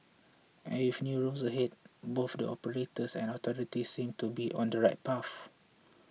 and with new rules ahead both the operators and authorities seem to be on the right path